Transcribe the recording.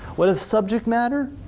what is subject matter?